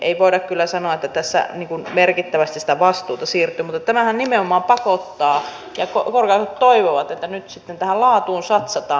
ei voida kyllä sanoa että tässä merkittävästi sitä vastuuta siirtyy mutta tämähän nimenomaan pakottaa ja korkeakoulut toivovat että nyt sitten tähän laatuun satsataan